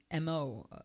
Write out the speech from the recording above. MO